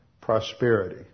prosperity